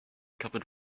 covered